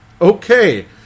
Okay